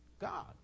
God